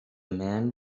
men